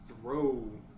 throw